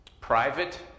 private